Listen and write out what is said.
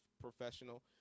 professional